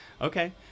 Okay